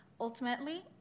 Ultimately